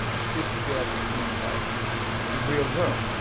just to be able to communicate with the real world.